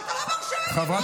אתה לא מרשה לי, מה?